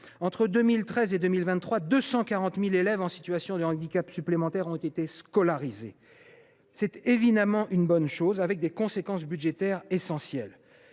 Entre 2013 et 2023, 240 000 élèves en situation de handicap supplémentaires ont été scolarisés. C’est évidemment une bonne chose, avec des conséquences budgétaires essentielles